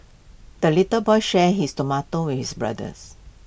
the little boy shared his tomato with his brothers